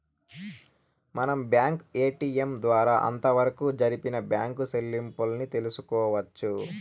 మనం bank ATM ద్వారా అంతవరకు జరిపిన బ్యాంకు సెల్లింపుల్ని తెలుసుకోవచ్చు